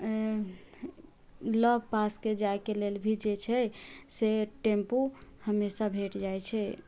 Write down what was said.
लग पासके जायके लेल भी जे छै से टेम्पू हमेशा भेट जाइत छै